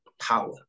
power